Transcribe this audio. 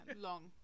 long